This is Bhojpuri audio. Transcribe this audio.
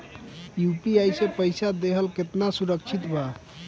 यू.पी.आई से पईसा देहल केतना सुरक्षित बा?